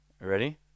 ready